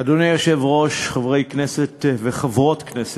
אדוני היושב-ראש, חברי הכנסת וחברות הכנסת,